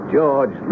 George